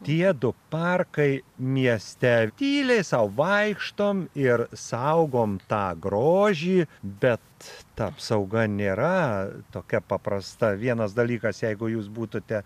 tie du parkai mieste tyliai sau vaikštom ir saugom tą grožį bet ta apsauga nėra tokia paprasta vienas dalykas jeigu jūs būtute